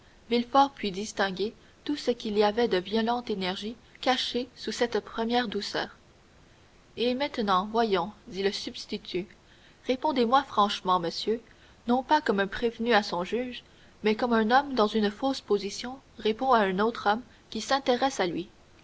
villefort put distinguer tout ce qu'il y avait de violente énergie cachée sous cette première douceur et maintenant voyons dit le substitut répondez-moi franchement monsieur non pas comme un prévenu à son juge mais comme un homme dans une fausse position répond à un autre homme qui s'intéresse à lui